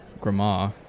Grandma